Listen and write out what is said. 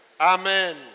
Amen